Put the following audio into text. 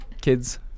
kids